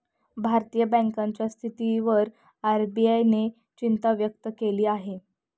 भारतीय बँकांच्या स्थितीवर आर.बी.आय ने चिंता व्यक्त केली आहे